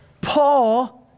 Paul